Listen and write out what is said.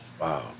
Wow